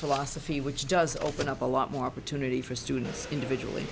philosophy which does open up a lot more opportunity for students individually